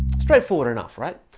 straightforward enough, right?